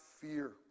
fear